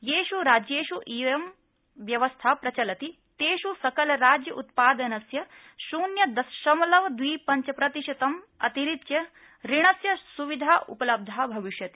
येष् राज्येष् इयं व्यवस्था प्रचलति तेष् सकल राज्य उत्पादस्य शून्य दशमलव द्वि पंच प्रतिशतम् अतिरिच्य ऋणस्य स्विधा उपलब्धा भविष्यति